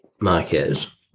Marquez